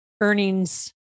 earnings